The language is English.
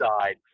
side